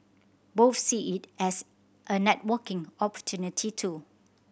both see it as a networking opportunity too